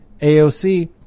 AOC